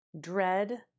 dread